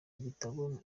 igitabo